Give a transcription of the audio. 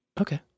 Okay